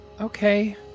Okay